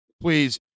Please